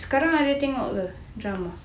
sekarang ada tengok ke drama